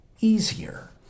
easier